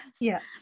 Yes